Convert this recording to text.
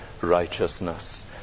righteousness